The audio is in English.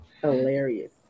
Hilarious